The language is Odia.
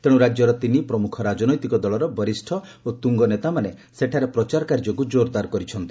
ତେଶୁ ରାକ୍ୟର ତିନି ପ୍ରମୁଖ ରାଜନୈତି ଦଳର ବରିଷ୍ ଓ ତୁଙ୍ଗ ନେତାମାନେ ସେଠାରେ ପ୍ରଚାର କାର୍ଯ୍ୟକୁ ଜୋର୍ଦାର କରିଛନ୍ତି